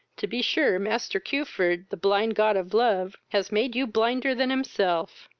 to be sure master cuford, the blind god of love, has made you blinder than himself.